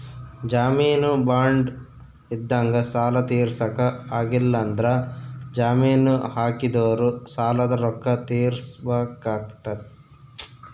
ಜಾಮೀನು ಬಾಂಡ್ ಇದ್ದಂಗ ಸಾಲ ತೀರ್ಸಕ ಆಗ್ಲಿಲ್ಲಂದ್ರ ಜಾಮೀನು ಹಾಕಿದೊರು ಸಾಲದ ರೊಕ್ಕ ತೀರ್ಸಬೆಕಾತತೆ